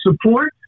support